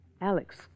Alex